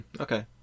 okay